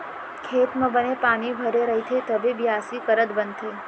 खेत म बने पानी भरे रइथे तभे बियासी करत बनथे